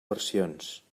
versions